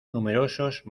numerosos